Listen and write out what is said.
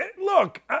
look